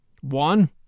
One